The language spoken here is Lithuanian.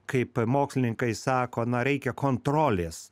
kaip mokslininkai sako na reikia kontrolės